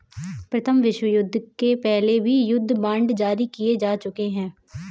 प्रथम विश्वयुद्ध के पहले भी युद्ध बांड जारी किए जा चुके हैं